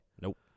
Nope